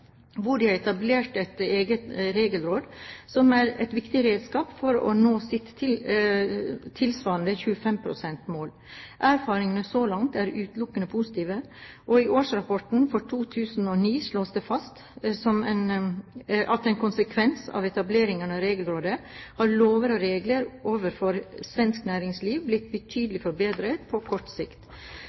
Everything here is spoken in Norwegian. hvor de har etablert et eget regelråd som et viktig redskap for å nå sitt tilsvarende 25 pst.-mål. Erfaringene så langt er utelukkende positive. Og i årsrapporten for 2009 slås det fast at som en konsekvens av etableringen av Regelrådet har lover og regler for svensk næringsliv blitt betydelig forbedret på kort